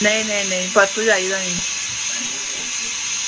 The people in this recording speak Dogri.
नेईं नेईं परसों चाहिदा मिगी